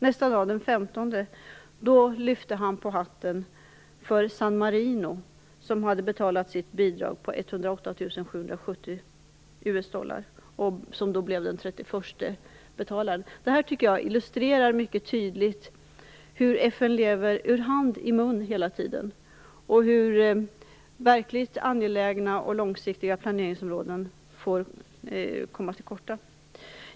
Nästa dag, den 15, lyfte han på hatten för San dollar. Man blev då den trettioförste betalaren. Detta tycker jag illusterar mycket tydligt hur FN lever ur hand i mun hela tiden, och hur verkligt angelägna och långsiktiga planeringsområden kommer till korta.